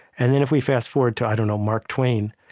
and then if we fast-forward to, i don't know, mark twain.